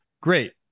great